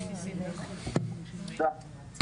תודה.